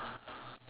(uh huh)